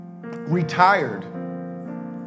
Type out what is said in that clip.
retired